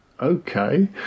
Okay